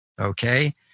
okay